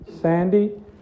Sandy